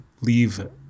leave